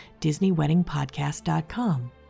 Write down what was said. disneyweddingpodcast.com